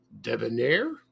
debonair